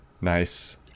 Nice